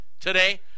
today